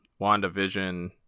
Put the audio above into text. WandaVision